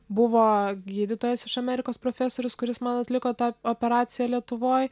buvo gydytojas iš amerikos profesorius kuris man atliko tą operaciją lietuvoj